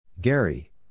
Gary